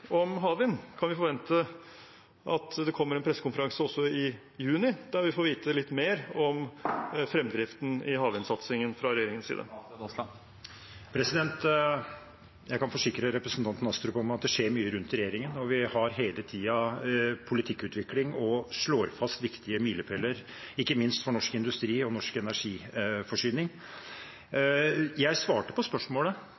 om havvind? Kan vi forvente at det kommer en pressekonferanse også i juni, der vi får vite litt mer om fremdriften i havvindsatsingen fra regjeringens side? Jeg kan forsikre representanten Astrup om at det skjer mye rundt regjeringen, og vi har hele tiden politikkutvikling og slår fast viktige milepeler, ikke minst for norsk industri og norsk energiforsyning.